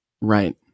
Right